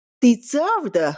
deserved